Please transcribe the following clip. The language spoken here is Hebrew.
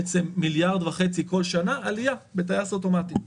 בעצם מיליארד וחצי כל שנה עלייה בטייס אוטומטי.